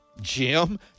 Jim